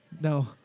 No